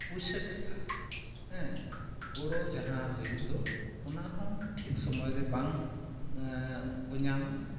ᱯᱩᱭᱥᱟᱹ ᱴᱟᱠᱟ ᱦᱮᱸ ᱜᱚᱲᱚ ᱡᱟᱦᱟᱸ ᱦᱩᱭᱩᱜ ᱫᱚ ᱚᱱᱟᱦᱚᱸ ᱴᱷᱤᱠ ᱥᱚᱢᱚᱭ ᱨᱮ ᱵᱟᱝ ᱠᱚ ᱧᱟᱢᱟ